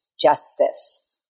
Justice